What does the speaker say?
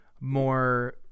more